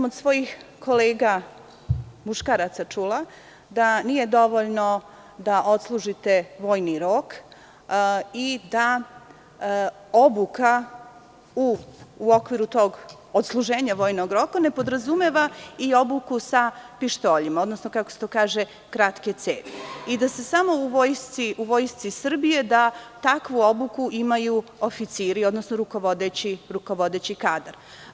Od svojih kolega muškaraca sam čula da nije dovoljno da odslužite vojni rok i da obuka u okviru tog odsluženja vojnog roka ne podrazumeva i obuku sa pištoljima, odnosno kako se to kaže – kratke cevi i da u vojsci Srbije da takvu obuku imaju samo oficiri, odnosno rukovodeći kadar.